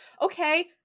okay